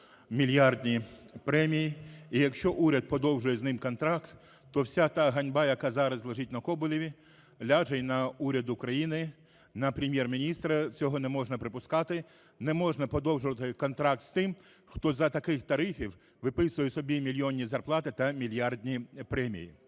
мільярдні премії. І якщо уряд продовжує з ним контракт, то вся та ганьба, яка зараз лежить на Коболєві, ляже і на уряд України, на Прем'єр-міністра. Цього не можна припускати, не можна продовжувати контракт з тим, хто за таких тарифів виписує собі мільйонні зарплати та мільярдні премії.